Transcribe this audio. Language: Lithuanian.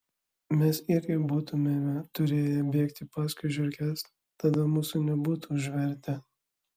mes irgi būtumėme turėję bėgti paskui žiurkes tada mūsų nebūtų užvertę